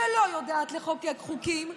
שלא יודעת לחוקק חוקים,